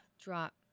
Drop